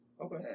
Okay